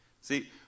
See